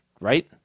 Right